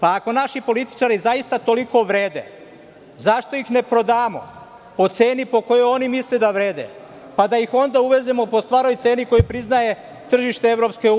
Ako naši političari zaista toliko vrede, zašto ih ne prodamo po ceni po kojoj oni misle da vrede pa da ih onda uvezemo po stvarnoj ceni po kojoj priznaje tržište EU?